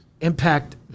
impact